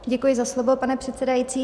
Děkuji za slovo, pane předsedající.